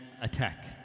attack